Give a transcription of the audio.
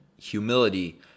humility